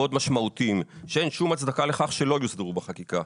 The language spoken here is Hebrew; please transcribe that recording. מאוד משמעותיים שאין שום הצדקה לכך שלא יוסדרו בחקיקה,